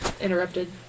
interrupted